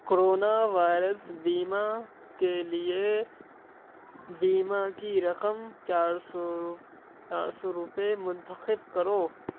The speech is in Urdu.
کورونا وائرس بیمہ کے لیے بیمہ کی رقم چار سو چار سو روپئے منتخب کرو